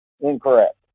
incorrect